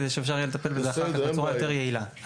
כדי שאפשר יהיה לטפל בזה אחר כך בצורה יותר יעילה.